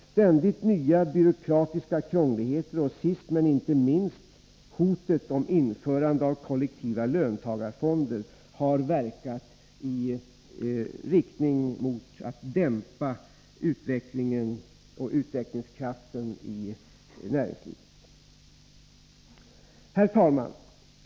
Ständigt nya byråkratiska krångligheter och sist men inte minst hotet om införande av kollektiva löntagarfonder har dämpat utvecklingen och utvecklingskraften i näringslivet. Herr talman!